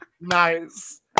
Nice